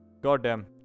goddamn